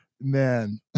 man